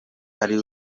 ari